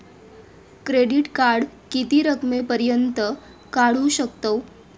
Credit card किती रकमेपर्यंत काढू शकतव?